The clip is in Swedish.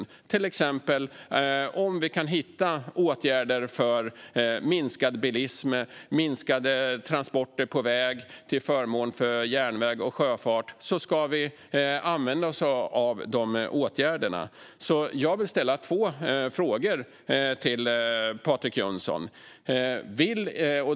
Om vi till exempel kan hitta åtgärder för minskad bilism och minskade transporter på väg till förmån för järnväg och sjöfart ska vi använda oss av de åtgärderna. Jag vill ställa två frågor till Patrik Jönsson.